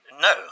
No